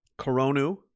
Coronu